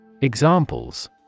Examples